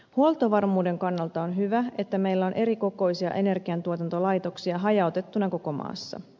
huoltovarmuuden kannalta on hyvä että meillä on erikokoisia energiantuotantolaitoksia hajautettuna koko maassa